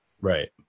Right